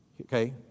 Okay